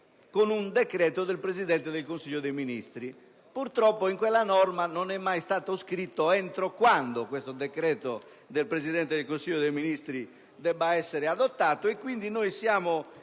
con decreto del Presidente del Consiglio dei ministri. Purtroppo in quella norma non è mai stato scritto entro quando questo decreto del Presidente del Consiglio dei ministri debba essere adottato: quindi, siamo